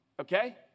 okay